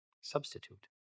substitute